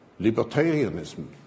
libertarianism